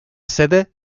sede